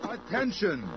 Attention